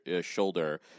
shoulder